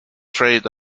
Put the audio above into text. trade